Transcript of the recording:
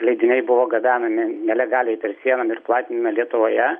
leidiniai buvo gabenami nelegaliai per sieną ir platinami lietuvoje